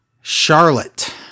Charlotte